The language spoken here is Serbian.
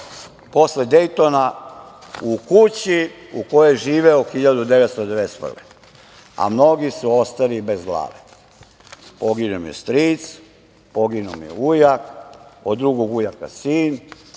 posle Dejtona u kući u kojoj je živeo 1991. godine, a mnogi su ostali i bez glave. Poginuo mi je stric, poginuo mi je ujak, od drugog ujaka sin,